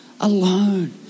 alone